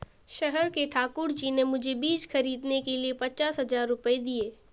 शहर के ठाकुर जी ने मुझे बीज खरीदने के लिए पचास हज़ार रूपये दिए